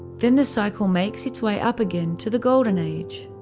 then the cycle makes its way up again to the golden age.